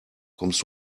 kommst